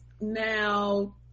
now